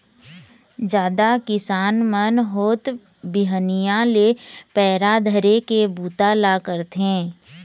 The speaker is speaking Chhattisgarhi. जादा किसान मन होत बिहनिया ले पैरा धरे के बूता ल करथे